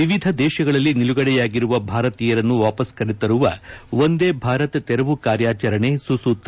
ವಿವಿಧ ದೇಶಗಳಲ್ಲಿ ನಿಲುಗಡೆಯಾಗಿರುವ ಭಾರತೀಯರನ್ನು ವಾಪಸ್ ಕರೆತರುವ ವಂದೇ ಭಾರತ್ ತೆರವು ಕಾರ್ಯಾಚರಣೆ ಸುಸೂತ್ರ